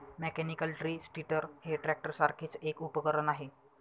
mechanical tree stirrer हे ट्रॅक्टरसारखेच एक उपकरण आहे